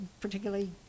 particularly